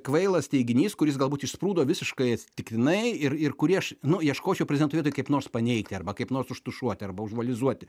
kvailas teiginys kuris galbūt išsprūdo visiškai atsitiktinai ir ir kurį aš nu ieškočiau toj vietoj kaip nors paneigti arba kaip nors užtušuoti arba užvalizuoti